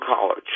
College